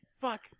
Fuck